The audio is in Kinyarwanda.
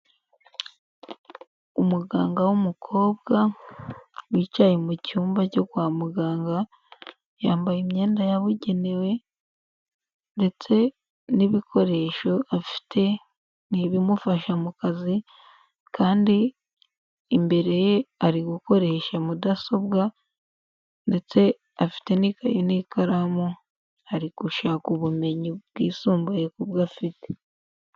Umuganga w'umukobwa wicaye mu cyumba cyo kwa muganga, yambaye imyenda yabugenewe ndetse n'ibikoresho afite ni ibimufasha mu kazi, kandi imbere ye ari gukoresha mudasobwa ndetse afite n'ikayi n'ikaramu ari gushaka ubumenyi bwisumbuye ku bwo afite.